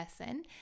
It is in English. person